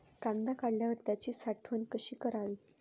कांदा काढल्यावर त्याची साठवण कशी करावी?